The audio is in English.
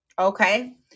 okay